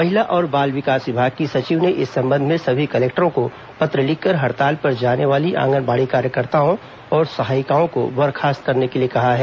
महिला और बाल विकास विभाग की सचिव ने इस संबंध में सभी कलेक्टरों को पत्र लिखकर हड़ताल पर जाने वाली आंगनबाड़ी कार्यकर्ताओं और सहायिकाओं को बर्खास्त करने के लिए कहा है